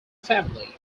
family